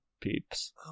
peeps